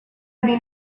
been